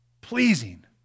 pleasing